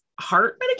heart